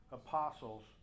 apostles